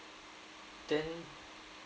then